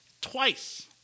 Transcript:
twice